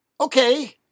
Okay